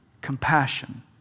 compassion